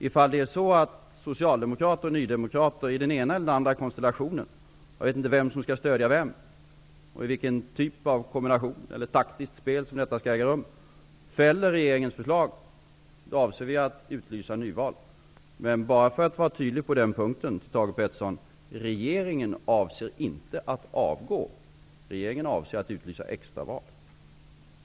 Ifall Socialdemokraterna och Nydemokraterna i den ena eller den andra konstellationen -- jag vet inte vem som skall stödja vem och i vilken typ av taktiskt spel detta skall äga rum -- fäller regeringens förslag, då avser vi att utlysa nyval. För att vara tydlig på den punkten, Thage Peterson: Regeringen avser inte att avgå. Regeringen avser att utlysa extra val.